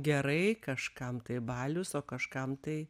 gerai kažkam tai balius o kažkam tai